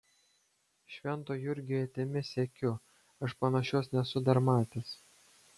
švento jurgio ietimi siekiu aš panašios nesu dar matęs